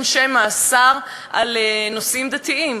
יש עונשי מאסר על נושאים דתיים?